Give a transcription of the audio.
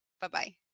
Bye-bye